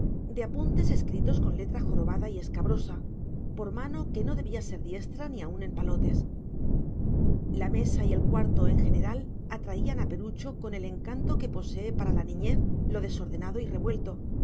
de apuntes escritos con letra jorobada y escabrosa por mano que no debía ser diestra ni aun en palotes la mesa y el cuarto en general atraían a perucho con el encanto que posee para la niñez lo desordenado y revuelto